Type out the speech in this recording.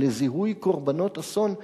לזיהוי קורבנות אסון,